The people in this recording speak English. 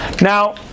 Now